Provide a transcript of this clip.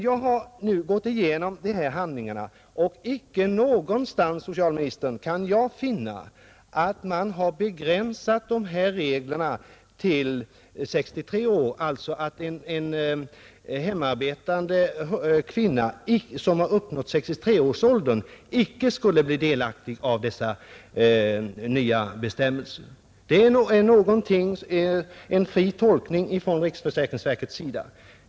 Jag har nu gått igenom handlingarna, och icke någonstans kan jag finna att man har begränsat reglerna så att en hemarbetande kvinna som uppnått 63 års ålder icke skulle bli delaktig i dessa nya bestämmelser. Det är en fri tolkning från riksförsäkringsverkets sida.